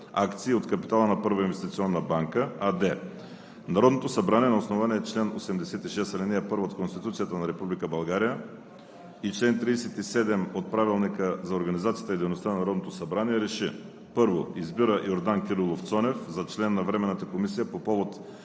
акции от капитала на „Първа инвестиционна банка“ АД Народното събрание на основание чл. 86, ал. 1 от Конституцията на Република България и чл. 37 от Правилника за организацията и дейността на Народното събрание РЕШИ: 1. Избира Йордан Кирилов Цонев за член на Временната комисия по повод